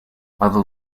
other